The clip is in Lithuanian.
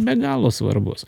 be galo svarbus